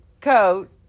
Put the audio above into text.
coat